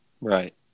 Right